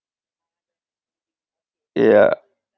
yeah